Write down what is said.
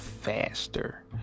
faster